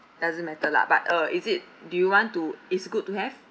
doesn't matter lah but uh is it do you want to it's good to have